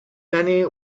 many